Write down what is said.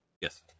Yes